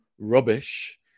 rubbish